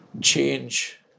change